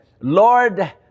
lord